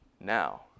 Now